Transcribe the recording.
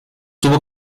tuvo